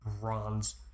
bronze